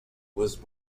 was